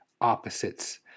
opposites